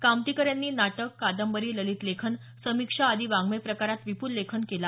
कामतीकर यांनी नाटक कादंबरी ललित लेखन समिक्षा आदी वाड्मय प्रकारात विप्ल लेखन केलं